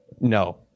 No